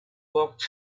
looked